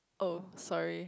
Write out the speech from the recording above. oh sorry